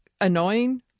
annoying